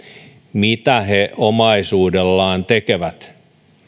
mitä he omaisuudellaan tekevät